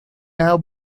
now